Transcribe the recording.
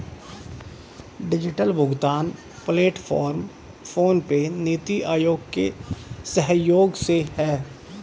digital भुगतान platform PhonePe, NITI Aayog के सहयोग से है